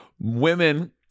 women